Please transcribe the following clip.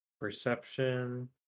perception